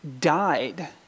died